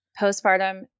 postpartum